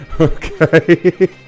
Okay